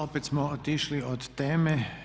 Opet smo otišli od teme.